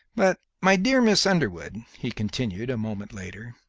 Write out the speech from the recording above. but, my dear miss underwood, he continued, a moment later,